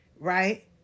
right